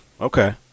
Okay